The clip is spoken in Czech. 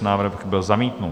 Návrh byl zamítnut.